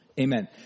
Amen